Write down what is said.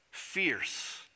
Fierce